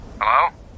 Hello